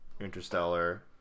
Interstellar